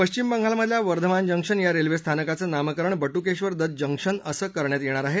पश्चिम बंगालमधल्या वर्धमान जंक्शन या रेल्वे स्थानकाचं नामकरण बटुकेश्वर दत्त जंक्शन असं करण्यात येणार आहे